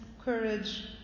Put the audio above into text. courage